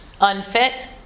Unfit